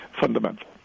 fundamental